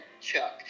Chuck